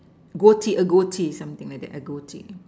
goatee a goatee something like that a goatee